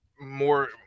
more